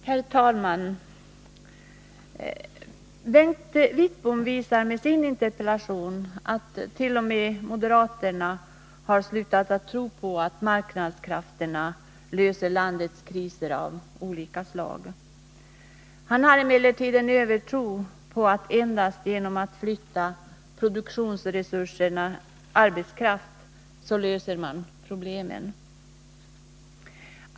Herr talman! Bengt Wittbom visar med sin interpellation att t.o.m. moderaterna slutat tro på att marknadskrafterna löser landets kriser av olika slag. Han har emellertid en övertro på att man endast genom att flytta ”produktionsresursen” arbetskraft kan lösa problemen.